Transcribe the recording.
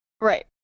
right